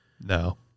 no